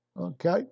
Okay